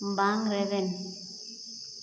ᱵᱟᱝ ᱨᱮᱵᱮᱱ